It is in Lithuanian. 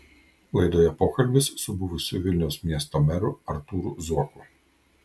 laidoje pokalbis su buvusiu vilniaus miesto meru artūru zuoku